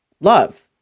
love